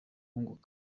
wunguka